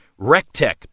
Rectech